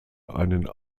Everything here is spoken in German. einen